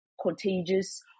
contagious